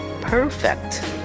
perfect